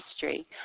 history